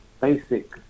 basic